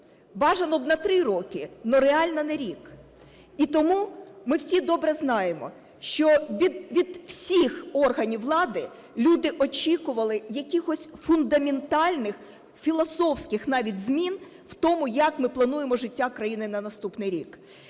Бажано б на 3 роки, но реально на рік. І тому ми всі добре знаємо, що від всіх органів влади люди очікують якихось фундаментальних, філософських навіть змін в тому, як ми плануємо життя країни на наступний рік.